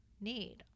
need